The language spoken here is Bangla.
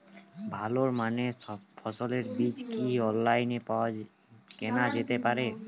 ভালো মানের ফসলের বীজ কি অনলাইনে পাওয়া কেনা যেতে পারে?